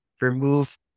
remove